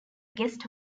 guest